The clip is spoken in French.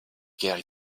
guerre